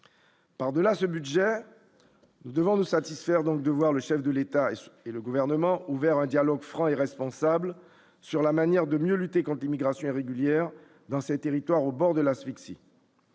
Par delà ce budget devant nous satisfaire, donc de voir le chef de l'État et le gouvernement ouvert un dialogue franc et responsable sur la manière de mieux lutter contre immigration irrégulière dans ces territoires au bord de l'asphyxie.